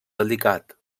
delicat